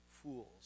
Fools